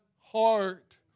heart